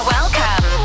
Welcome